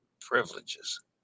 privileges